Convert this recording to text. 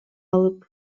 алып